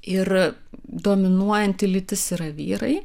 ir dominuojanti lytis yra vyrai